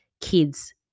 kids